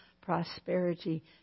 prosperity